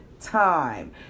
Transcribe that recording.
time